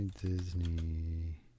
Disney